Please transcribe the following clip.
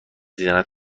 دیدنت